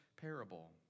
parable